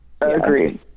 Agreed